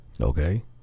Okay